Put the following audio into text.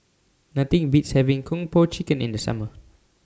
Nothing Beats having Kung Po Chicken in The Summer